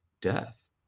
death